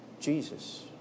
Jesus